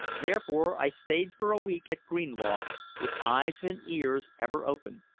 therefore i stayed for a week at greenlaw with eyes and ears ever open,